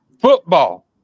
Football